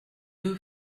deux